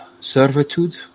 servitude